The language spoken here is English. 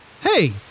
Hey